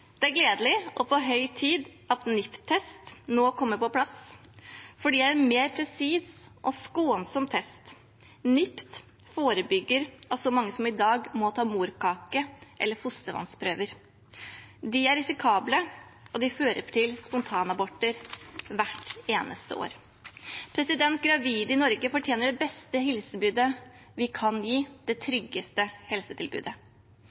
Det er gledelig og på høy tid at NIPT-test nå kommer på plass, for det er en mer presis og skånsom test. NIPT forebygger mange morkake- eller fostervannsprøver – som mange i dag må ta. De er risikable og fører til spontanaborter hvert eneste år. Gravide i Norge fortjener det beste helsetilbudet vi kan gi, det tryggeste helsetilbudet.